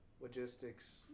logistics